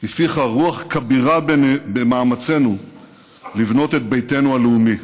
הפיחה רוח כבירה במאמצינו לבנות את ביתנו הלאומי.